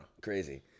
Crazy